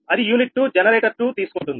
అది unit 2 generator 2 తీసుకుంది